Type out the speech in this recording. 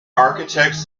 architects